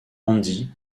andy